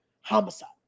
Homicide